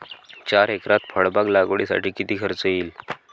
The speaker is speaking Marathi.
चार एकरात फळबाग लागवडीसाठी किती खर्च येईल?